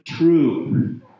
True